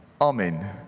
Amen